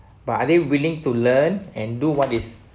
but are they willing to learn and do what is